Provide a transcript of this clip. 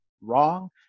wrong